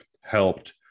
helped